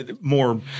more